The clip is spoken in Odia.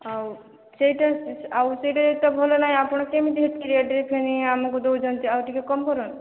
ଆଉ ସେଇଟା ଆଉ ସେଇଟା ଯଦି ତ ଭଲ ନାହିଁ ଆପଣ କେମିତି ଏତିକି ରେଟ୍ରେ କିଣି ଆମକୁ ଦେଉଛନ୍ତି ଆଉ ଟିକିଏ କମ କର